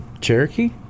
Cherokee